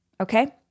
Okay